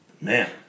Man